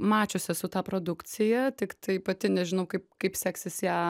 mačius esu tą produkciją tiktai pati nežinau kaip kaip seksis ją